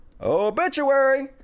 Obituary